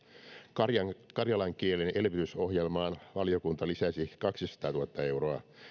karjalan karjalan kielen elvytysohjelmaan valiokunta lisäsi kaksisataatuhatta euroa